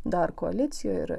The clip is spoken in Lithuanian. dar koalicijoj ir